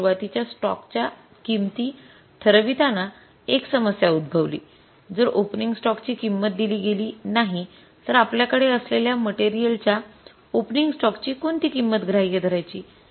आणि सुरुवातीच्या स्टॉकच्या किंमती ठरविताना एक समस्या उद्भवली जर ओपनिग स्टॉकची किंमत दिली गेली नाही तर आपल्याकडे असलेल्या मटेरियल च्या ओपनिग स्टॉकची कोणती किंमत ग्राहय धरायची